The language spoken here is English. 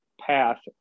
path